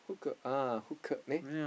hook ah hook there